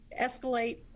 escalate